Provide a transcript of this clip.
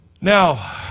Now